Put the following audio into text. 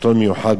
כי יש בזה,